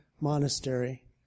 monastery